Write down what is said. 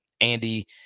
Andy